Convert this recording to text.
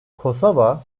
kosova